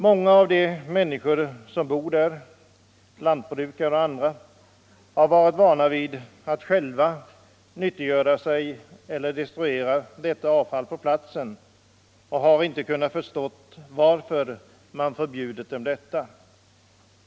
Många av de människor som bor där, lantbrukare och andra, har varit vana vid att själva nyttiggöra sig eller destruera detta avfall på platsen, och kan inte förstå varför man förbjudit detta.